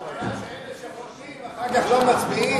הבעיה היא שאלה שחותמים אחר כך לא מצביעים.